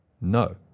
No